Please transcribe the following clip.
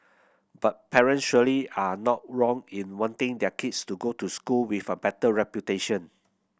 but parents surely are not wrong in wanting their kids to go to school with a better reputation